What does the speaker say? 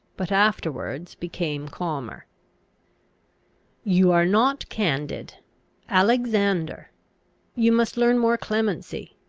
but afterwards became calmer you are not candid alexander you must learn more clemency